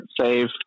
save